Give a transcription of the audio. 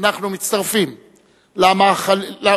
אנחנו מצטרפים למאחלים,